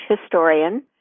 historian